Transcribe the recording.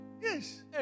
Yes